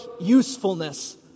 usefulness